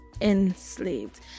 enslaved